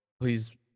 please